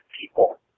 people